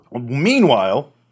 meanwhile